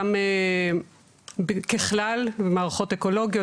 גם ככלל במערכות אקולוגיות,